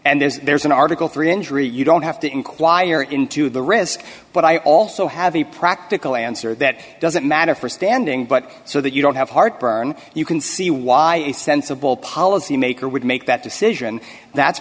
and there's an article three injury you don't have to inquire into the risk but i also have a practical answer that doesn't matter for standing but so that you don't have heartburn you can see why any sensible policy maker would make that decision that's